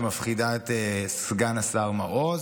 שמפחידה את סגן השר מעוז,